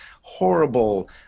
horrible